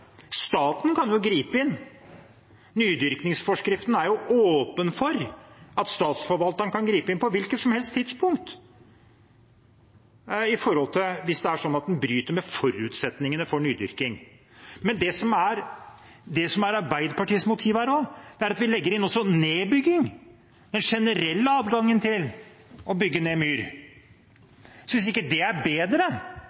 Staten kan gripe inn. Nydyrkingsforskriften åpner for at statsforvalteren kan gripe inn på et hvilket som helst tidspunkt hvis det er sånn at en bryter med forutsetningene for nydyrking. Det som er Arbeiderpartiets motiver her, er at vi også legger inn nedbygging, den generelle adgangen til å bygge ned myr.